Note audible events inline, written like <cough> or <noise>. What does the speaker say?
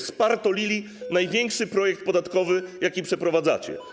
Spartolili <noise> największy projekt podatkowy, jaki przeprowadzacie.